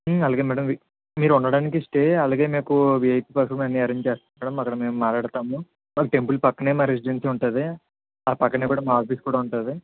అలాగే మ్యాడమ్ మీరు ఉండటానికి స్టే అలాగే మీకు విఐపి పాసులన్నీ కూడా అరేంజ్ చేస్తాం అక్కడ మేము మాట్లాడతాము టెంపుల్ పక్కనే మా రెసిడెన్సి ఉంటుంది ఆ పక్కనే కూడా మా ఆఫీస్ కూడా ఉంటుంది